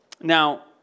Now